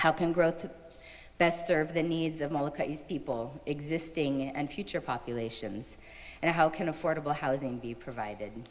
can growth the best serve the needs of people existing and future populations and how can affordable housing be provided